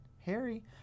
Harry